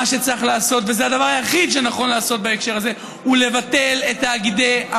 מתוך מקום של לתעל ולייעל את העבודה שבשירות ובהעברה של המים,